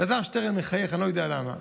אלעזר שטרן מחייך, אני לא יודע למה.